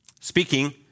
speaking